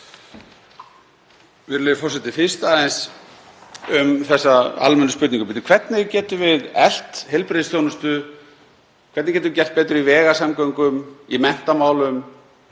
Virðulegi forseti. Fyrst aðeins um þessa almennu spurningu: Hvernig getum við eflt heilbrigðisþjónustu, hvernig getum við gert betur í vegasamgöngum, í menntamálum,